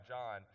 John